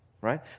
right